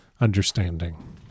understanding